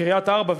לקריית-ארבע,